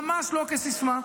ממש לא כסיסמה.